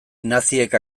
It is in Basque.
naziek